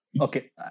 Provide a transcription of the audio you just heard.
okay